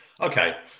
okay